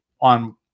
on